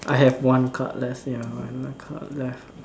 I have one card left ya one card left